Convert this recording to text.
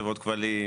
חברות כבלים,